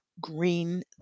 green